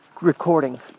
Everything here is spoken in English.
recording